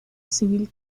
civil